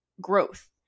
growth